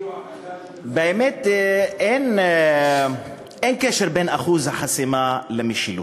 באמת אין קשר בין אחוז החסימה למשילות.